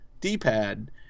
D-pad